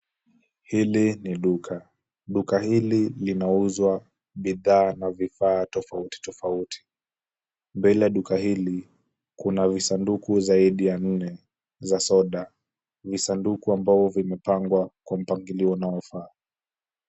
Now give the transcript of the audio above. Hili ni duka. Duka hili linauzwa bidhaa na vifaa tofauti tofauti. Mbele ya duka hili kuna visanduku zaidi ya nne za soda, visanduku ambao vimepangwa kwa mpangilio unaofaa.